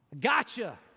gotcha